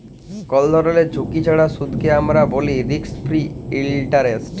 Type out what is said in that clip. call ধরলের ঝুঁকি ছাড়া সুদকে আমরা ব্যলি রিস্ক ফিরি ইলটারেস্ট